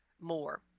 more